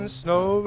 snow